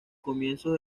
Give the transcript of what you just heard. comienzos